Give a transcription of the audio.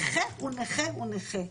נכה הוא נכה הוא נכה.